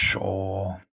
Sure